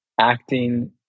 acting